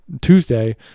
Tuesday